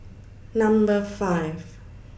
Number five